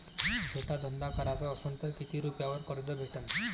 छोटा धंदा कराचा असन तर किती रुप्यावर कर्ज भेटन?